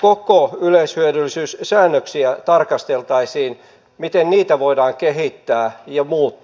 koko yleishyödyllisyyssäännöksiä tarkasteltaisiin miten niitä voidaan kehittää ja muuttaa